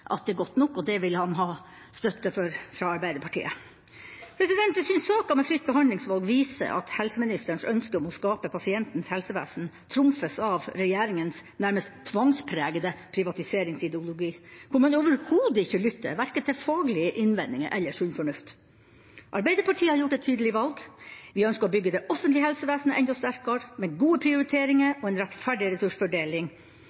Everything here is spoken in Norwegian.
at det er godt nok, og det vil han ha støtte for fra Arbeiderpartiet. Jeg syns saken med fritt behandlingsvalg viser at helseministerens ønske om å skape pasientens helsevesen trumfes av regjeringas nærmest tvangspregede privatiseringsideologi, hvor man overhodet ikke lytter, verken til faglige innvendinger eller sunn fornuft. Arbeiderpartiet har gjort et tydelig valg. Vi ønsker å bygge det offentlige helsevesenet enda sterkere, med gode